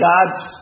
God's